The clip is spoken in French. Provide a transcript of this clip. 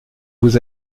vous